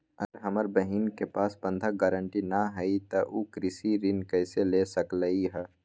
अगर हमर बहिन के पास बंधक गरान्टी न हई त उ कृषि ऋण कईसे ले सकलई ह?